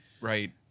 Right